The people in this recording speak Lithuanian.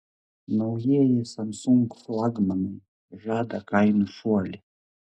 naujieji samsung flagmanai žada kainų šuolį